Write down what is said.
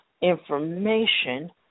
information